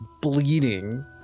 bleeding